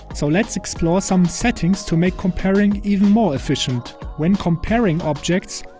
so let's explore some settings to make comparing even more efficient. when comparing objects,